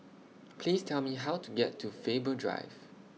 Please Tell Me How to get to Faber Drive